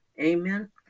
amen